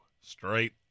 straight